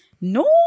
No